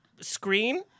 screen